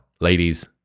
ladies